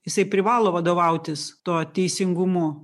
jisai privalo vadovautis tuo teisingumu